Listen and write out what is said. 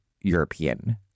European